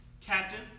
captain